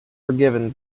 forgiven